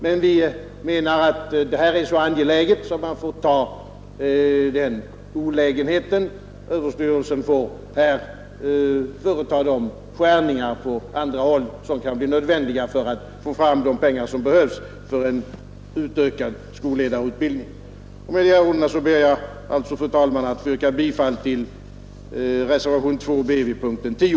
Men vi menar att detta är så angeläget att man får ta den olägenheten; SÖ får på andra håll företa de nedskärningar, som kan bli nödvändiga för att få fram de pengar som behövs för en utökad skolledarutbildning. Med dessa ord ber jag, fru talman, att få yrka bifall till reservationen 2 b vid punkten 10.